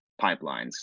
pipelines